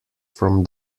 from